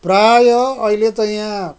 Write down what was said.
प्रायः अहिले त यहाँ